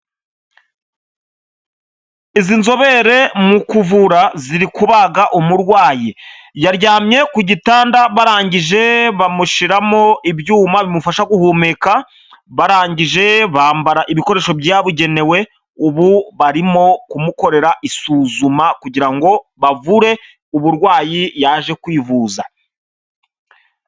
Izi nzobere mu kuvura ziri kubaga umurwayi, yaryamye ku gitanda barangije bamushiramo ibyuma bimufasha guhumeka, barangije bambara ibikoresho byabugenewe, ubu barimo kumukorera isuzuma kugira ngo bavure uburwayi yaje kwivuza.